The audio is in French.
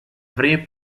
vrai